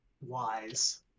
wise